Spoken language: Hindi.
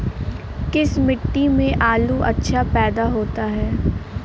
किस मिट्टी में आलू अच्छा पैदा होता है?